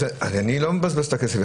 אז אני לא מבזבז את הכסף.